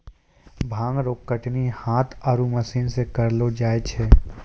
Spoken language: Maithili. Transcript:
भांग रो कटनी हाथ आरु मशीन से करलो जाय छै